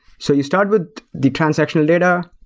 so you start with the transactional data,